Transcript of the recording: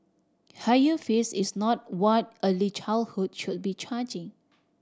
higher fees is not what early childhood should be charging